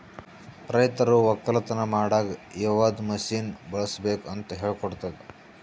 ರೈತರು ಒಕ್ಕಲತನ ಮಾಡಾಗ್ ಯವದ್ ಮಷೀನ್ ಬಳುಸ್ಬೇಕು ಅಂತ್ ಹೇಳ್ಕೊಡ್ತುದ್